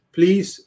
please